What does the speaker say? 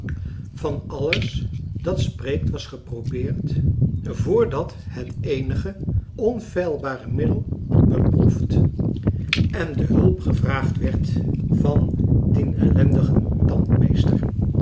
van alles dat spreekt was geprobeerd voordat het eenige onfeilbare middel beproefd en de hulp gevraagd werd van dien ellendigen